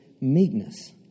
meekness